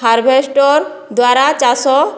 harvester ଦ୍ଵାରା ଚାଷ